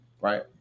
right